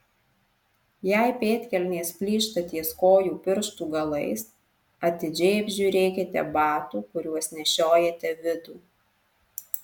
jei pėdkelnės plyšta ties kojų pirštų galais atidžiai apžiūrėkite batų kuriuos nešiojate vidų